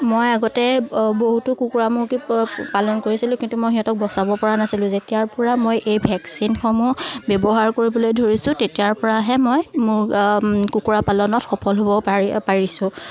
মই আগতে বহুতো কুকুৰা মুৰ্গী পালন কৰিছিলোঁ কিন্তু মই সিহঁতক বচাব পৰা নাছিলোঁ যেতিয়াৰপৰা মই এই ভেকচিনসমূহ ব্যৱহাৰ কৰিবলৈ ধৰিছোঁ তেতিয়াৰপৰাহে মই মোৰ কুকুৰা পালনত সফল হ'ব পাৰিছোঁ